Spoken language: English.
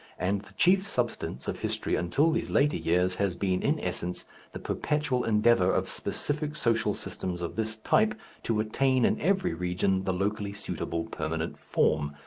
and the chief substance of history until these later years has been in essence the perpetual endeavour of specific social systems of this type to attain in every region the locally suitable permanent form,